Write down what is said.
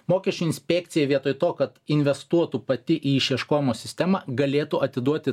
mokesčių inspekcija vietoj to kad investuotų pati į išieškojimo sistemą galėtų atiduoti